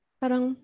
parang